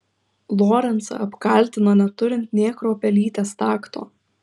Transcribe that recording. lorencą apkaltino neturint nė kruopelytės takto